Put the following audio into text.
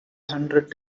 hundred